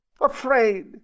afraid